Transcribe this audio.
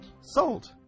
Salt